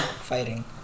fighting